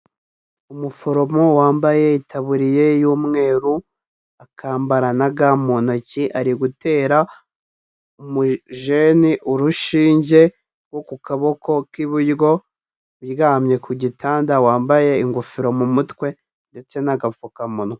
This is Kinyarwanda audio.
Umuforomo wambaye itaburiye y'umweru, akambara na ga mu ntoki ari gutera umujeni urushinge rwo ku kaboko k'iburyo, uryamye ku gitanda wambaye ingofero mu mutwe ndetse n'agapfukamunwa.